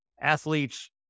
athletes